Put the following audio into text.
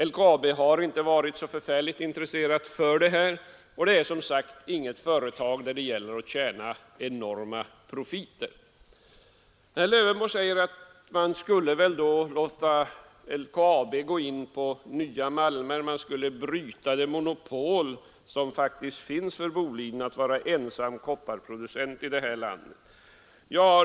LKAB har inte varit så intresserat, och det är som sagt ingen brytning som går ut på att man skall göra enorma profiter. Herr Lövenborg säger att man skulle låta LKAB gå in på nya malmer, man skulle bryta det monopol som faktiskt Boliden har genom att vara den enda kopparproducenten i landet.